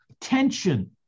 tension